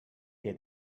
què